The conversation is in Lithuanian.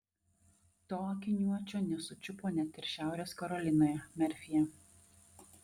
to akiniuočio nesučiupo net ir šiaurės karolinoje merfyje